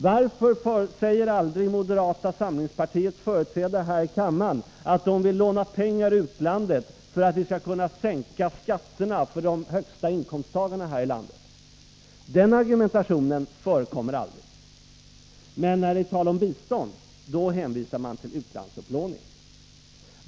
Varför säger aldrig moderata samlingspartiets företrädare här i kammaren att de vill låna pengar i utlandet för att vi skall kunna sänka skatterna för dem med de högsta inkomsterna här i landet? Den argumentationen förekommer aldrig! Men när det är tal om bistånd hänvisar man till utlandsupplåning.